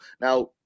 Now